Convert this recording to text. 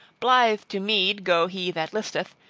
blithe to mead go he that listeth,